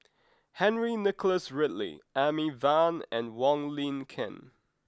Henry Nicholas Ridley Amy Van and Wong Lin Ken